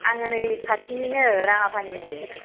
आङो नै खाथिनिनो राङा फानिनि